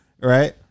right